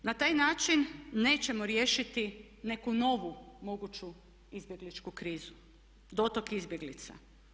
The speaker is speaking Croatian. Na taj način nećemo riješiti neku novu moguću izbjegličku krizu, dotok izbjeglica.